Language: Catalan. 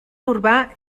urbà